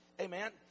Amen